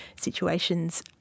situations